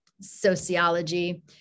sociology